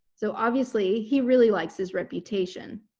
so obviously he really likes his reputation.